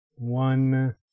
One